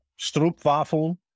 stroopwafel